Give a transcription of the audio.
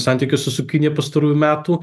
santykius su su kinija pastarųjų metų